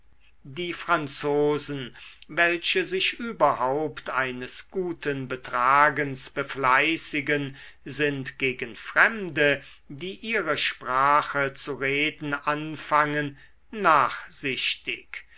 die franzosen welche sich überhaupt eines guten betragens befleißigen sind gegen fremde die ihre sprache zu reden anfangen nachsichtig